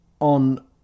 on